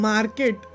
Market